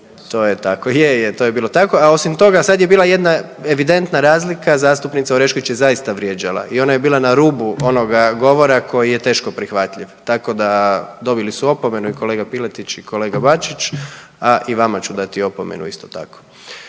to je tako. Je, je, to je bilo tako a osim toga sad je bila jedna evidentna razlika zastupnica Orešković je zaista vrijeđala i ona je bila na rubu onoga govora koji je teško prihvatljiv, tako da dobili su opomenu i kolega Piletić i kolega Bačić, a i vama ću dati opomenu isto tako. Sada